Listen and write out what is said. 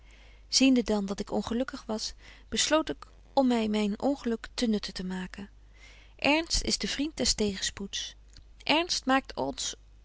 ziende dan dat ik ongelukkig was besloot ik om my myn ongeluk ten nutte te maken ernst is de vriend des tegenspoeds ernst maakt ons